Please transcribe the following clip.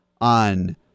on